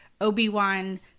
Obi-Wan